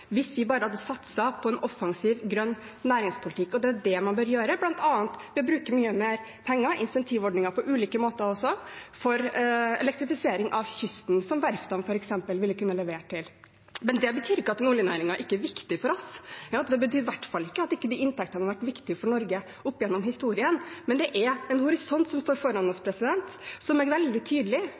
hvis vi bare hadde satset på en offensiv grønn næringspolitikk. Og det er det man bør gjøre, bl.a. ved å bruke mye mer penger til incentivordninger på ulike måter til elektrifisering av kysten, som verftene, f.eks., ville kunne levert til. Men det betyr ikke at ikke oljenæringen er viktig for oss, det betyr i hvert fall ikke at de inntektene ikke har vært viktig for Norge gjennom historien, men det er en horisont som står foran oss, som er veldig tydelig.